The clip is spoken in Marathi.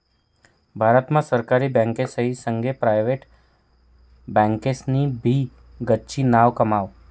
भारत मा सरकारी बँकासना संगे प्रायव्हेट बँकासनी भी गच्ची नाव कमाव